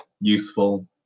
useful